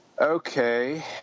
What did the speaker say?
Okay